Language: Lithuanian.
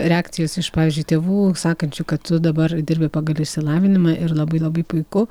reakcijos iš pavyzdžiui tėvų sakančių kad tu dabar dirbi pagal išsilavinimą ir labai labai puiku